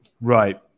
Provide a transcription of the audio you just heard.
Right